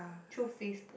through Facebook